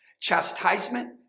Chastisement